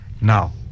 Now